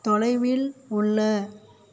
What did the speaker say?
தொலைவில் உள்ள